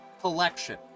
collection